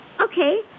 okay